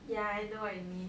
ya I know what you mean